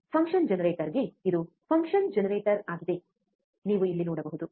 function ಜನರೇಟರ್ಗೆ ಇದು function generator ಆಗಿದೆ ನೀವು ಇಲ್ಲಿ ನೋಡಬಹುದು